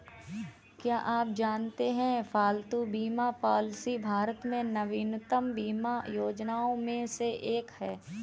क्या आप जानते है पालतू बीमा पॉलिसी भारत में नवीनतम बीमा योजनाओं में से एक है?